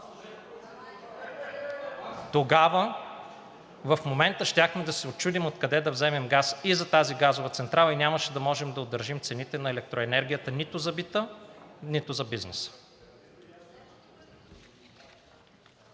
…тогава в момента щяхме да се чудим откъде да вземем газ и за тази газова централа и нямаше да можем да удържим цените на електроенергията нито за бита, нито за бизнеса.